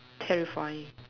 terrifying